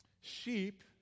sheep